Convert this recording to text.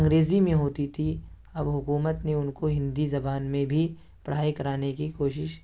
انگریزی میں ہوتی تھی اب حکومت نے ان کو ہندی زبان میں بھی پڑھائی کرانے کی کوشش